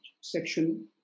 section